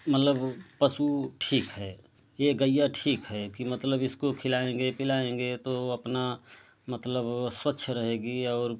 मतलब पशु ठीक है यह गईया ठीक है कि मतलब इसको खिलाएँगे पिलाएँगे तो अपना मतलब स्वच्छ रहेगी और